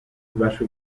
verso